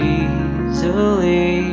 easily